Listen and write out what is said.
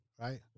right